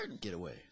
getaway